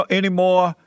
anymore